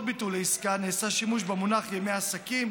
ביטול העסקה נעשה שימוש במונח "ימי עסקים",